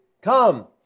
come